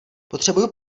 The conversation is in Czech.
potřebuju